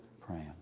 praying